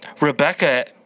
Rebecca